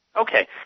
Okay